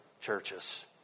churches